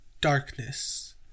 darkness